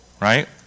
right